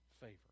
favor